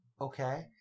Okay